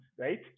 right